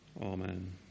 Amen